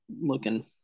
looking